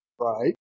Right